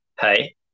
Hey